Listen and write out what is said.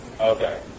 Okay